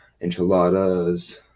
enchiladas